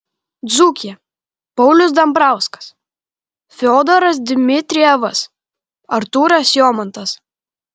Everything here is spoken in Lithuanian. dzūkija paulius dambrauskas fiodoras dmitrijevas artūras jomantas